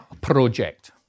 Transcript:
project